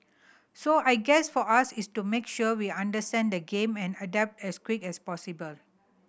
so I guess for us is to make sure we understand the game and adapt as quick as possible